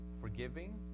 Forgiving